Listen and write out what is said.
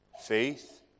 Faith